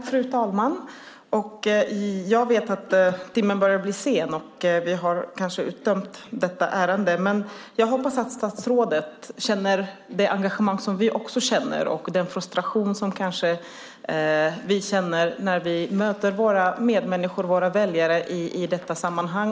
Fru talman! Jag vet att timmen börjar bli sen och att vi kanske har uttömt detta ärende. Men jag hoppas att statsrådet känner det engagemang som vi känner och den frustration som vi kanske känner när vi möter våra medmänniskor och väljare i detta sammanhang.